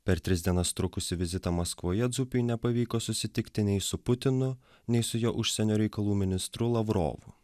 per tris dienas trukusį vizitą maskvoje dzupiui nepavyko susitikti nei su putinu nei su jo užsienio reikalų ministru lavrovu